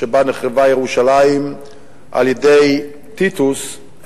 שבו נחרבה ירושלים על-ידי טיטוס,